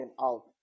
out